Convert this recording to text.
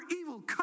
evil